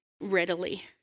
readily